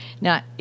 Now